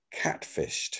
catfished